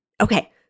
Okay